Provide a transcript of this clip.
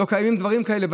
לא קיימים דברים כאלה.